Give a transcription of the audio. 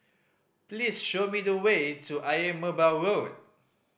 please show me the way to Ayer Merbau Road